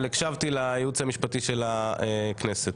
אבל הקשבתי לייעוץ המשפטי של הכנסת.